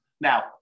Now